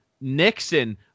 Nixon